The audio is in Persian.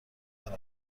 عراق